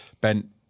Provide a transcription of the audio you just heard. Ben